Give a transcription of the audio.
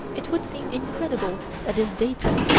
it would seem incredible that this datum,